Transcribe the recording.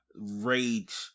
rage